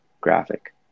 graphic